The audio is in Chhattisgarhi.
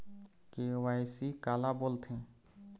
के.वाई.सी काला बोलथें?